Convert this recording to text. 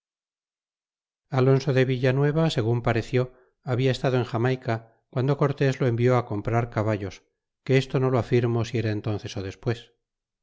alonso de villanueva segun pareció habla estado en jamayca guando cortés lo envió fi comprar caballos que esto no lo afirmo si era entonces ó despues